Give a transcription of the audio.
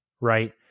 Right